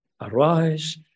Arise